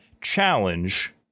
challenge